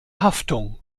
haftung